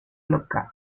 locali